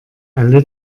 alle